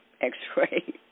x-ray